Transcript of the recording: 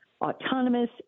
autonomous